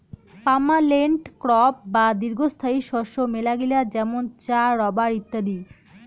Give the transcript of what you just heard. permanent crop বা দীর্ঘস্থায়ী শস্য মেলাগিলা যেমন চা, রাবার ইত্যাদি